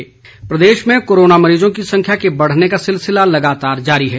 corona प्रदेश में corona मरीजों की संख्या के बढ़ने का सिलसिला लगातार जारी है